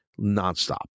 nonstop